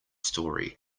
story